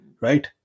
Right